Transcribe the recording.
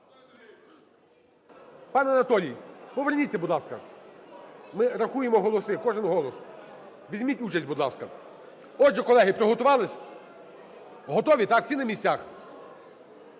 пане Анатолій, поверніться, будь ласка, ми рахуємо голоси, кожен голос, візьміть участь, будь ласка. Отже, колеги, приготувалися? Готові, так, всі на місцях?